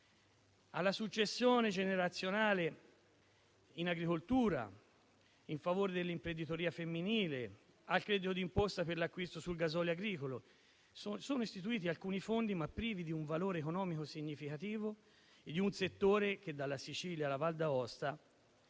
alla successione generazionale in agricoltura, in favore dell'imprenditoria femminile, al credito d'imposta per l'acquisto sul gasolio agricolo. Sono istituiti alcuni fondi, ma privi di un valore economico significativo per un settore che, dalla Sicilia alla Val d'Aosta,